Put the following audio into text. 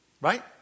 right